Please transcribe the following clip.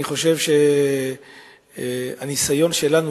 אני חושב שהניסיון שלנו,